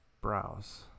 browse